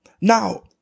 Now